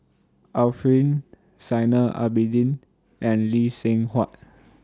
Arifin Zainal Abidin and Lee Seng Huat